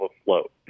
afloat